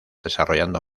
desarrollando